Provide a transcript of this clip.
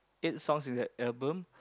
eight songs in that album